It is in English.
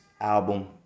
album